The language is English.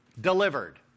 Delivered